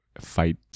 fight